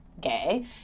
gay